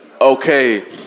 Okay